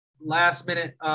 last-minute